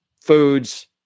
foods